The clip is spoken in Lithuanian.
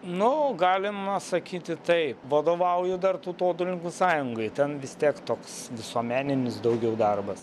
nu galima sakyti taip vadovauju dar tautodailininkų sąjungai ten vis tiek toks visuomeninis daugiau darbas